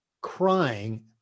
crying